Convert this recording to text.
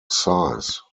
size